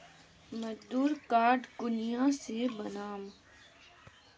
मजदूर कार्ड कुनियाँ से बनाम?